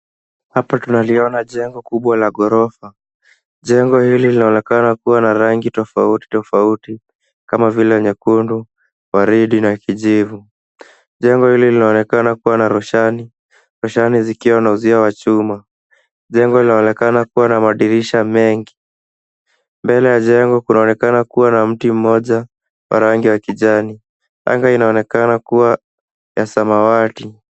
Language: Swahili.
Hapa tunaliona jengo kubwa la ghorofa, jengo hili linaonekana kuwa na rangi tofauti tofauti kama vile nyekundu, waridi na kijivu. Jengo hili linaonekana kuwa na roshani, roshani zikiwa na uzio wa chuma. Jengo linaonekana kuwa na madirisha mengi. Mbele ya jengo kunaonekana kuwa na mti mmoja wa rangi ya kijani. Anga inaonekana kuwa ya samawati.